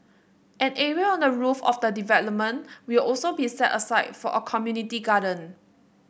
an area on the roof of the development will also be set aside for a community garden